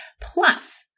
Plus